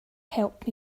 help